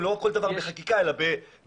לא כל דבר בחקיקה אלא בהסברים.